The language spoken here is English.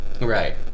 Right